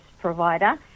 provider